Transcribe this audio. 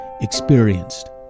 experienced